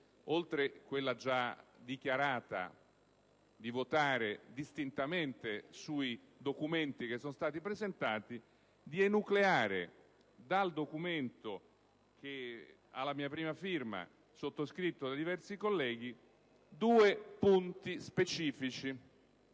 oltre a quella già dichiarata di votare distintamente sui documenti presentati, è di enucleare dal documento a mia prima firma, sottoscritto da diversi colleghi, due punti specifici.